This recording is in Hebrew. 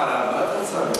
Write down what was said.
מה את רוצה ממנו?